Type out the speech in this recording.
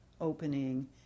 opening